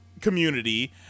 Community